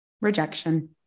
rejection